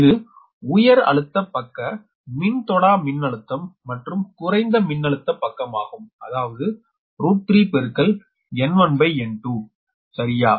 இது உயர் அழுத்த பக்க மின்தொடா மின்னழுத்தம் மற்றும் குறைந்த மின்னழுத்த பக்கமாகும் அதாவது 3 N1N2 சரியா